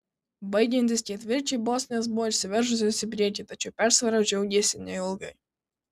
baigiantis ketvirčiui bosnės buvo išsiveržusios į priekį tačiau persvara džiaugėsi neilgai